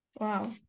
Wow